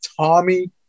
Tommy